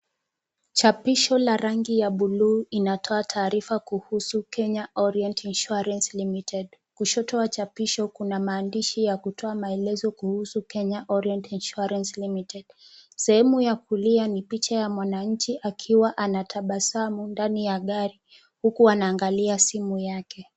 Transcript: Chapisho la rangi ya buluu inatoa taarifa kuhusu Kenya Orient Insurance Limited. Kushoto wa chapisho kuna maandishi ya kutoa maelezo kuhusu Kenya Orient Insurance Limited. Sehemu ya kulia ni picha ya mwananchi akiwa anatabasamu ndani ya gari huku anaangalia simu yake.